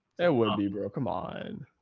there will be bro. come on.